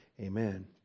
Amen